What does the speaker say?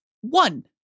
one